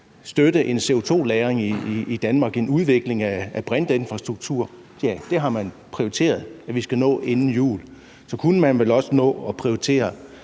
støtte en CO2-lagring i Danmark og til udvikling af en brintinfrastruktur har man prioriteret at vi skal finde inden jul. Så kunne man vel også nå at prioritere,